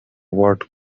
word